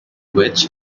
which